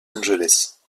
angeles